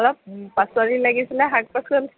অলপ পাচলি লাগিছিলে শাক পাচলি